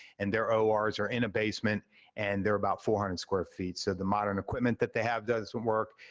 and their ors are in a basement and they're about four hundred square feet. so the modern equipment that they have doesn't work,